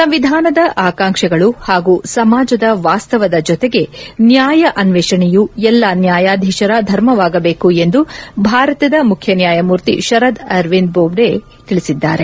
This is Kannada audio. ಸಾಂವಿಧಾನದ ಆಕಾಂಕ್ಷೆಗಳು ಹಾಗೂ ಸಮಾಜದ ವಾಸ್ತವದ ಜೊತೆಗೆ ನ್ಯಾಯ ಅನ್ನೇಷಣೆಯು ಎಲ್ಲಾ ನ್ಯಾಯಾಧೀಶರ ಧರ್ಮವಾಗಿರಬೇಕು ಎಂದು ಭಾರತದ ಮುಖ್ಯ ನ್ಯಾಯಮೂರ್ತಿ ಶರದ್ ಅರವಿಂದ್ ಬೋಬ್ಡೆ ತಿಳಿಸಿದ್ದಾರೆ